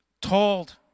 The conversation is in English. told